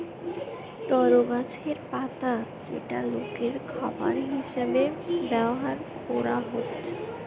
তরো গাছের পাতা যেটা লোকের খাবার হিসাবে ব্যভার কোরা হচ্ছে